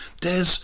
Des